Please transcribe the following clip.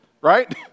right